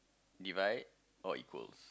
divide or equals